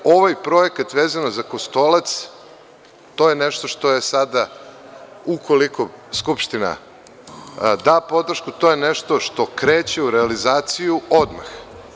Ovaj projekat vezano za „Kostolac“, to je nešto što je sada, ukoliko Skupština da podršku, to je nešto što kreće u realizaciju odmah.